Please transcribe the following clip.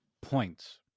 points